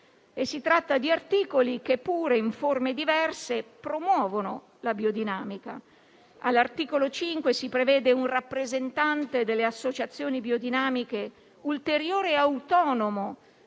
Si tratta di articoli che, pure in forme diverse, promuovono la biodinamica. All'articolo 5 si prevede un rappresentante delle associazioni biodinamiche, ulteriore e autonomo